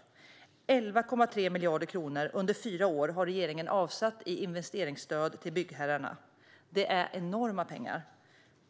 Regeringen har avsatt 11,3 miljarder kronor under fyra år i investeringsstöd till byggherrarna. Det är enorma pengar.